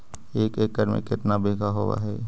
एक एकड़ में केतना बिघा होब हइ?